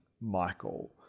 Michael